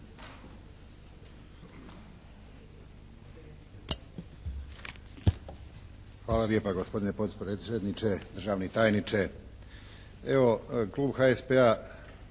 Hvala lijepa gospodine potpredsjedniče, državni tajniče. Evo klub HSP-a